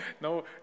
No